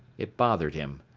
it bothered him.